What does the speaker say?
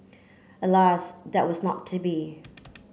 alas that was not to be